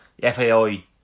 FAI